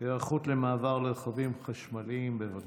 היערכות למעבר לרכבים חשמליים, בבקשה.